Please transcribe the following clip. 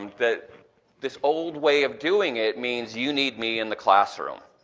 that this old way of doing it means you need me in the classroom.